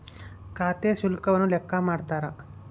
ಖಾತೆ ಶುಲ್ಕವನ್ನು ಲೆಕ್ಕ ಮಾಡ್ತಾರ